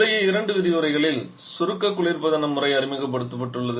முந்தைய இரண்டு விரிவுரைகளில் சுருக்க குளிர்பதன முறை அறிமுகப்படுத்தப்பட்டுள்ளது